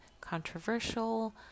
controversial